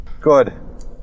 Good